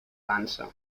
dansa